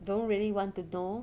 don't really want to know